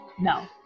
No